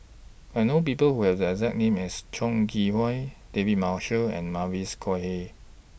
I know People Who Have The exact name as Chong Kee Hiong David Marshall and Mavis Khoo Oei